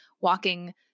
walking